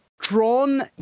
drawn